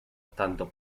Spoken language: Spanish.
tanto